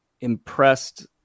impressed